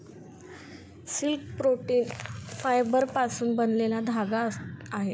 silk protein फायबरपासून बनलेला धागा आहे